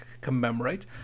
commemorate